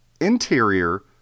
interior